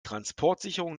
transportsicherung